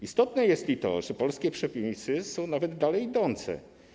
Istotne jest to, że polskie przepisy są nawet dalej idące.